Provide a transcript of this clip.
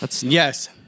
Yes